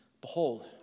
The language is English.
Behold